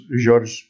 Jorge